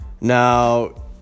now